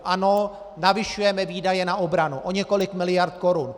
Ano, navyšujeme výdaje na obranu o několik miliard korun.